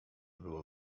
było